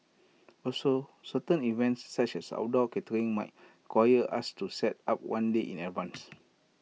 also certain events such as outdoor catering might quire us to set up one day in advance